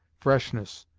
freshness,